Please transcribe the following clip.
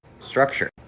structure